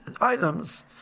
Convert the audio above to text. items